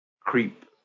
creep